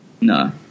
no